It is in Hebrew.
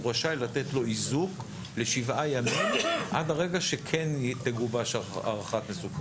הוא רשאי לתת לו איזוק לשבעה ימים עד הרגע שכן תגובש הערכת מסוכנות.